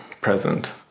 present